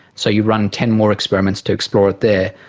so you run ten more experiments to explore it there.